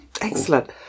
Excellent